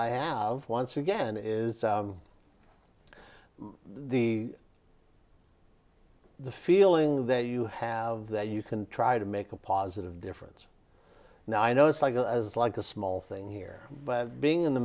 i have once again is the the feeling that you have that you can try to make a positive difference now i know it's like a as like a small thing here but being in the